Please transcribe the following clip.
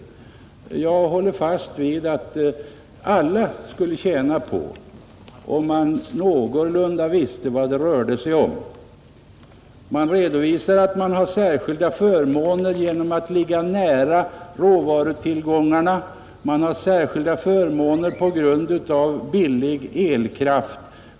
Jag håller fast vid att alla skulle tjäna på att vi någorlunda väl visste vad det rör sig om. Man redovisar att man har särskilda förmåner genom att ligga nära råvarutillgångarna och tack vare billig elkraft.